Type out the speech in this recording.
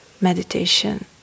meditation